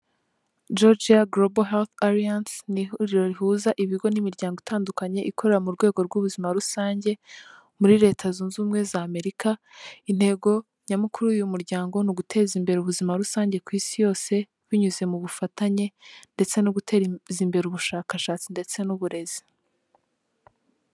Georgear global hark alliance ni ihuriro rihuza ibigo n'imiryango itandukanye ikorera murwego rw'ubuzima rusange muri leta zunze ubumwe za Amerika. Intego nyamukuru y'uyu muryango ni uguteza imbere ubuzima rusange ku isi yose binyuze mu bufatanye ndetse no guteza imbere ubushakashatsi ndetse n'uburezi.